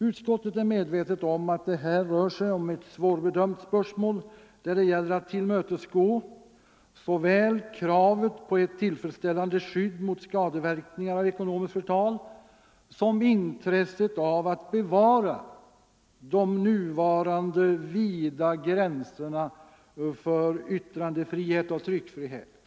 Utskottet är medvetet om att det här rör sig om ett svårbedömt spörsmål, där det gäller att tillmötesgå såväl kravet på ett tillfredsställande skydd mot skadeverkningar av ekonomiskt förtal som intresset av att bevara de nuvarande vida gränserna för yttrandefrihet och tryckfrihet.